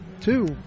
two